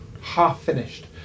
half-finished